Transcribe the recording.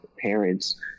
parents